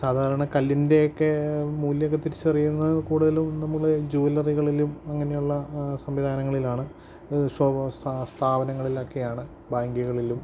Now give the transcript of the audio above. സാധാരണ കല്ലിൻ്റെയൊക്കെ മൂല്യമൊക്കെ തിരിച്ചറിയുന്നതു കൂടുതലും നമ്മള് ജുവല്ലറികളിലും അങ്ങനെയുള്ള സംവിധാനങ്ങളിലാണ് സ്ഥാപനങ്ങളിലൊക്കെയാണ് ബാങ്കുകളിലും